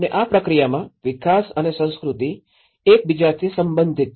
અને આ પ્રક્રિયામાં વિકાસ અને સંસ્કૃતિ એક બીજાથી સંબંધિત નથી